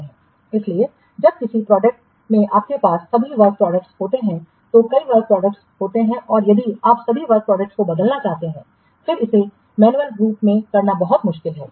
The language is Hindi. इसलिए जब किसी प्रोजेक्ट में आपके पास सभी वर्क प्रोडक्ट्स होते हैं तो कई वर्क प्रोडक्ट होते हैं और यदि आप सभी वर्क प्रोडक्ट्स को बदलना चाहते हैं फिर इसे मैन्युअल रूप से करना बहुत मुश्किल है